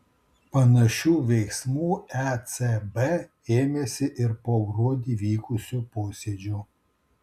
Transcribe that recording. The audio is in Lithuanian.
panašių veiksmų ecb ėmėsi ir po gruodį vykusio posėdžio